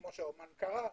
כפי שאמנם קרה,